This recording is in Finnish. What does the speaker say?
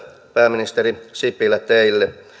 pääministeri sipilä teille